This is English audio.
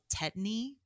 tetany